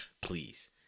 please